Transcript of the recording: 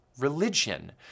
religion